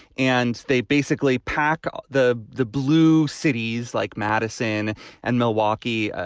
and they basically pack ah the the blue cities like madison and milwaukee.